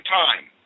time